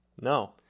No